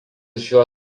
šiuo